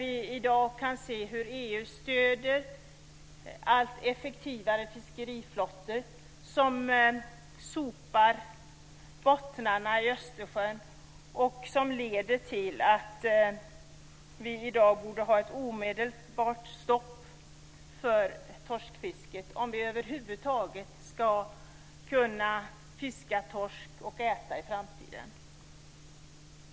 I dag kan vi se hur EU stöder allt effektivare fiskeriflottor som sopar bottnarna i Östersjön, vilket leder till att vi i dag borde ha ett omedelbart stopp för torskfisket om vi över huvud taget ska kunna fiska och äta torsk i framtiden.